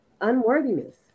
unworthiness